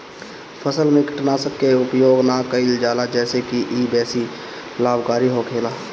फसल में कीटनाशक के उपयोग ना कईल जाला जेसे की इ बेसी लाभकारी होखेला